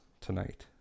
tonight